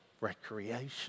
recreation